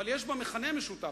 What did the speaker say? אבל יש מכנה משותף.